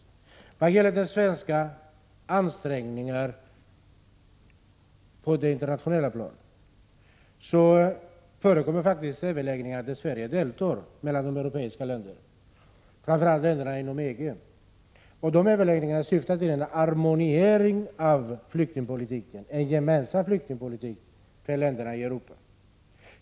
När det gäller de svenska ansträngningarna på det internationella planet förekommer fortfarande överläggningar med svenskt deltagande mellan europeiska länder, framför allt länderna inom EG. Dessa överläggningar syftar till en harmoniering av flyktingpolitiken, till en gemensam flyktingpolitik för länderna i Europa.